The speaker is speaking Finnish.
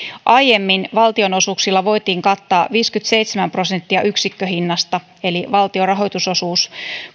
aiemmin valtionosuuksilla voitiin kattaa viisikymmentäseitsemän prosenttia yksikköhinnasta eli valtion rahoitusosuus